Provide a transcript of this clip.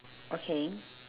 okay